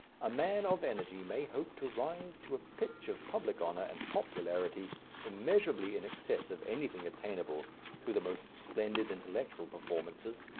a man of energy may hope to rise to a pitch of public honour and popularity immeasurably in excess of anything attainable through the most splendid intellectual performances.